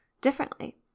differently